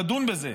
לדון בזה,